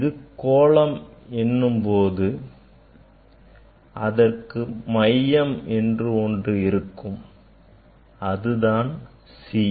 இது கோளம் என்னும் போது அதற்கு மையம் ஒன்று இருக்கும் அது தான் C